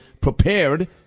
prepared